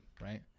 right